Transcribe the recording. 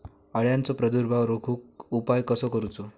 अळ्यांचो प्रादुर्भाव रोखुक उपाय कसो करूचो?